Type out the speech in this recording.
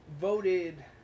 voted